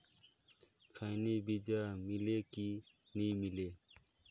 खैनी बिजा मिले कि नी मिले?